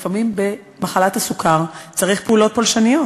לפעמים במחלת הסוכר צריך פעולות פולשניות.